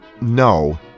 no